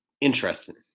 Interesting